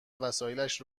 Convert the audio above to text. وسایلش